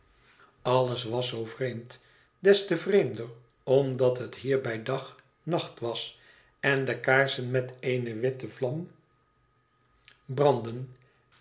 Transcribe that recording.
alles was zoo vreemd des te vreemder omdat het hier bij dag nacht was en de kaarsen met eene witte vlam brandden